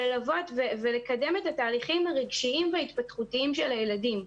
ללוות ולקדם את התהליכים הרגשיים וההתפתחותיים של הילדים.